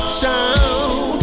sound